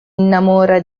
innamora